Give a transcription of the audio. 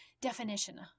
definition